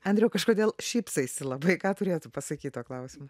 andriau kažkodėl šypsaisi labai ką turėtų pasakyt tuo klausimu